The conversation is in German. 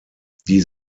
die